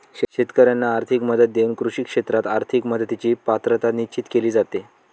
शेतकाऱ्यांना आर्थिक मदत देऊन कृषी क्षेत्रात आर्थिक मदतीची पात्रता निश्चित केली जाते